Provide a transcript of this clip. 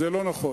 זה לא נכון.